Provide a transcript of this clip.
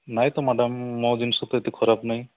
ନାହିଁ ତ ମ୍ୟାଡ଼ାମ୍ ମୋ ଜିନିଷ ତ ଏତେ ଖରାପ ନାହିଁ